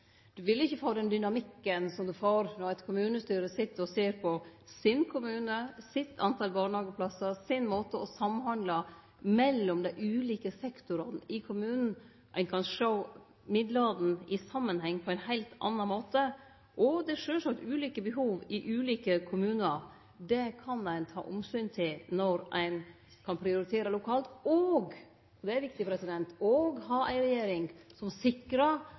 ikkje få den dynamikken som ein får når eit kommunestyre sit og ser på sin kommune, talet på barnehageplassar og på sin måte å samhandle mellom dei ulike sektorane i kommunen. Ein kan sjå midlane i samanheng på ein heilt annan måte, og det er sjølvsagt ulike behov i ulike kommunar. Det kan ein ta omsyn til når ein skal prioritere lokalt, og – det er viktig – det å ha ei regjering som sikrar